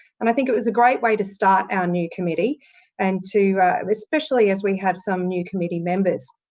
and i think it was a great way to start our new committee and to especially as we have some new committee members.